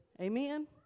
Amen